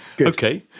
okay